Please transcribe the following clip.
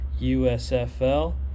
USFL